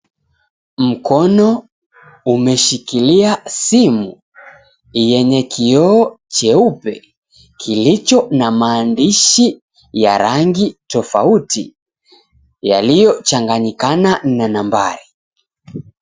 Mkono umeshikilia simu yenye kioo cheupe kilicho na maandishi ya rangi tofauti yaliyochanganyikana na nambari.